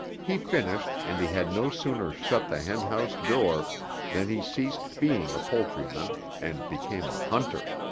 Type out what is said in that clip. he finished and he had no sooner shut the henhouse door than he ceased being a poultryman and became a hunter.